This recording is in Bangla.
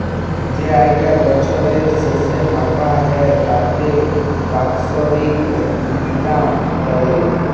যেই আয়িটা বছরের শেসে মাপা হ্যয় তাকে বাৎসরিক ইলকাম ব্যলে